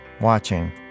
watching